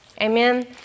Amen